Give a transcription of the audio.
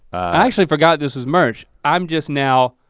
i actually forgot this was merch. i'm just now,